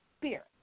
spirit